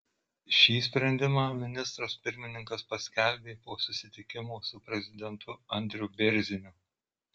šį sprendimą ministras pirmininkas paskelbė po susitikimo su prezidentu andriu bėrziniu